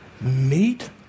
meat